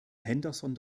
henderson